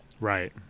Right